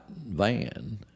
van